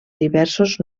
diversos